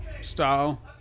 style